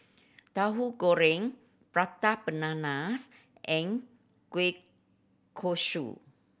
Tahu Goreng prata bananas and Kuih Kaswi